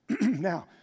Now